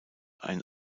ein